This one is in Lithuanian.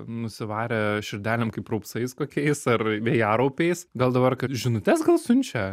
nusivarę širdelėm kaip raupsais kokiais ar vėjaraupiais gal dabar kad žinutes gal siunčia